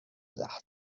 that